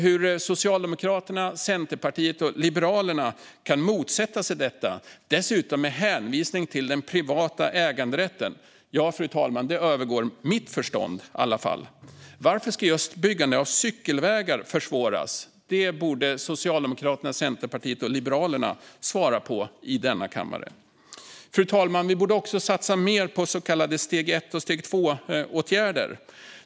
Hur Socialdemokraterna, Centerpartiet och Liberalerna kan motsätta sig detta, dessutom med hänvisning till den privata äganderätten, övergår mitt förstånd. Varför ska just byggande av cykelvägar försvåras? Det borde Socialdemokraterna, Centerpartiet och Liberalerna svara på i denna kammare. Fru talman! Vi borde också satsa mer på så kallade steg 1 och steg 2-åtgärder.